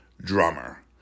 Drummer